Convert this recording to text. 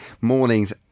mornings